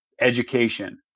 education